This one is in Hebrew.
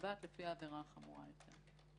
שנקבעת לפי העבירה החמורה יותר.